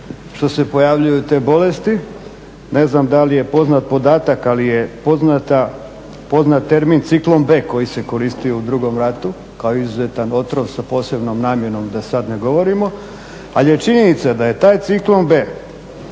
što se pojavljuju te bolesti, ne znam da li je poznat podatak ali je poznat termin ciklon B koji se koristio u drugom ratu kao izuzetan otrov sa posebnom namjenom, da sad ne govorimo, ali je činjenica da je taj ciklon B